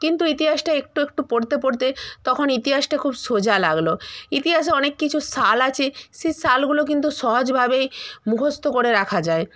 কিন্তু ইতিহাসটা একটু একটু পড়তে পড়তে তখন ইতিহাসটা খুব সোজা লাগলো ইতিহাসে অনেক কিছু সাল আছে সে সালগুলো কিন্তু সহজভাবেই মুখস্থ করে রাখা যায়